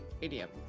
idiom